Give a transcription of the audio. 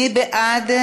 מי בעד?